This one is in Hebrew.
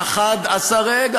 רגע,